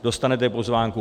Dostanete pozvánku.